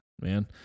man